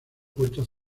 puertas